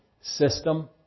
system